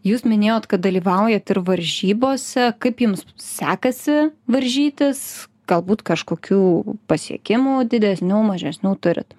jūs minėjot kad dalyvaujat ir varžybose kaip jums sekasi varžytis galbūt kažkokių pasiekimų didesnių mažesnių turit